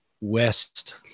west